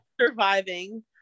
surviving